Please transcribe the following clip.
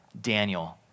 Daniel